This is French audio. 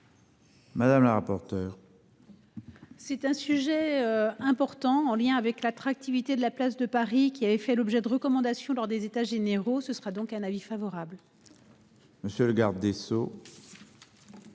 Madame la rapporteur. C'est un sujet important en lien avec l'attractivité de la place de Paris qui avait fait l'objet de recommandations lors des états généraux, ce sera donc un avis favorable. Monsieur le garde des Sceaux.